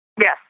Yes